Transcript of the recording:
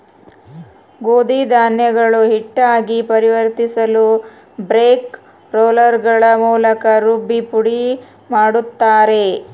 ಗೋಧಿ ಧಾನ್ಯಗಳು ಹಿಟ್ಟಾಗಿ ಪರಿವರ್ತಿಸಲುಬ್ರೇಕ್ ರೋಲ್ಗಳ ಮೂಲಕ ರುಬ್ಬಿ ಪುಡಿಮಾಡುತ್ತಾರೆ